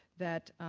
that